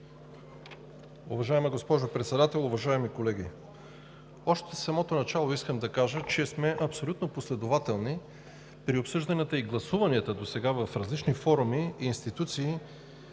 Уважаема госпожо Председател, уважаеми колеги! Още в самото начало искам да кажа, че досега сме абсолютно последователни при обсъжданията и гласуванията в различни форуми и институции